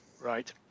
Right